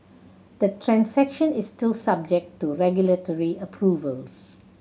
the transaction is still subject to regulatory approvals